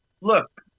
Look